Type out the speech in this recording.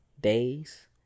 days